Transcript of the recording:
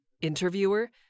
Interviewer